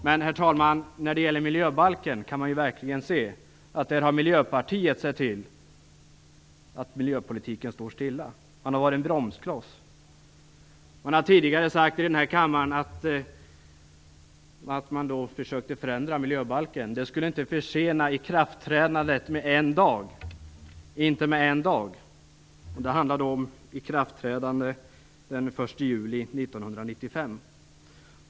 Men, herr talman, i fråga om miljöbalken kan man se att det är Miljöpartiet som har sett till att miljöpolitiken står stilla. Man har varit en bromskloss. Man har tidigare i denna kammare sagt att man försökte förändra miljöbalken, och det skulle inte försena ikraftträdandet med en dag. Det handlade då om ikraftträdande den 1 juli 1995.